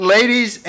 Ladies